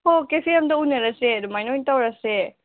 ꯍꯣ ꯀꯦꯐꯦ ꯑꯃꯗ ꯎꯅꯔꯁꯦ ꯑꯗꯨꯃꯥꯏꯅ ꯑꯣꯏꯅ ꯇꯧꯔꯁꯦ